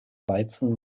weizen